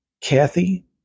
Kathy